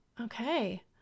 Okay